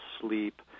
sleep